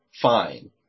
fine